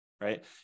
right